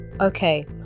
Okay